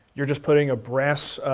you're just putting a brass